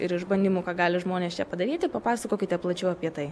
ir išbandymų ką gali žmonės čia padaryti papasakokite plačiau apie tai